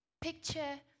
picture